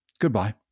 goodbye